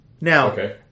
Now